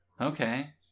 okay